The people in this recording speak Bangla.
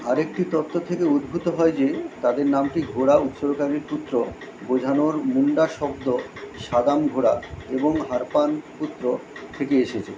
আরেকটি তত্ত্ব থেকে উদ্ভূত হয় যে তাদের নামটি ঘোড়া উৎসর্গকারীর পুত্র বোঝানো মুণ্ডা শব্দ সাদাম ঘোড়া এবং হারপান পুত্র থেকে এসেছে